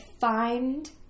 find